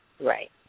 Right